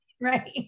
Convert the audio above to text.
Right